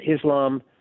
Islam